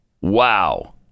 Wow